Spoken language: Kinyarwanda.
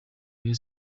rayon